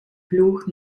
flucht